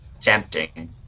Tempting